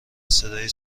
صدای